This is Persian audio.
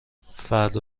فردا